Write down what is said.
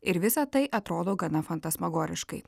ir visa tai atrodo gana fantasmagoriškai